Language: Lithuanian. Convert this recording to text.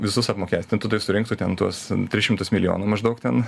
visus apmokestintų tai surinktų ten tuos tris šimtus milijonų maždaug ten